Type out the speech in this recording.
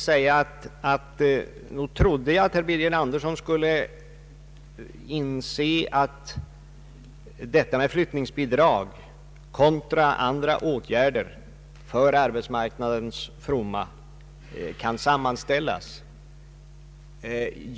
Nog trodde jag att han insåg att flyttningsbidrag kontra andra åtgärder till arbetsmarknadens fromma har ett samband.